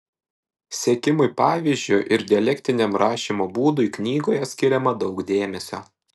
sekimui pavyzdžiu ir dialektiniam rašymo būdui knygoje skiriama daug dėmesio